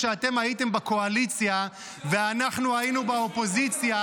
כשאתם הייתם בקואליציה ואנחנו היינו באופוזיציה,